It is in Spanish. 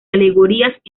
alegorías